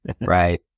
right